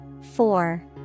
Four